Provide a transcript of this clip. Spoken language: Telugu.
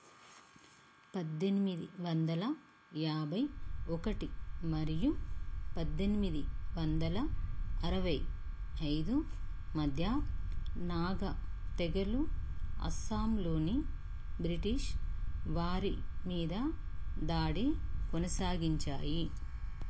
పద్దెనిమిది వందల యాభై ఒకటి మరియు పద్దెనిమిది వందల అరవై ఐదు మధ్య నాగ తెగలు అస్సాంలోని బ్రిటీష్ వారి మీద దాడి కొనసాగించాయి